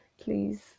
please